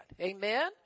Amen